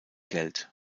geld